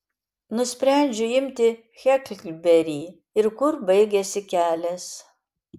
nusprendžiu imti heklberį ir kur baigiasi kelias